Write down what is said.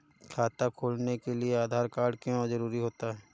खाता खोलने के लिए आधार कार्ड क्यो जरूरी होता है?